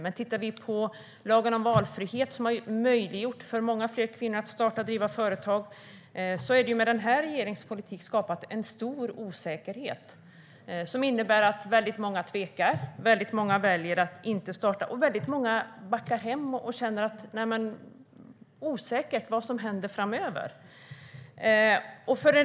Men om vi tittar på lagen om valfrihet, som har möjliggjort för många fler kvinnor att starta och driva företag, ser vi att regeringens politik har skapat en stor osäkerhet. Det innebär att många tvekar, många väljer att inte starta och många backar hem och känner osäkerhet om vad som händer framöver.